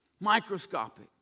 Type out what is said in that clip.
Microscopic